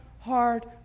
hard